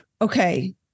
okay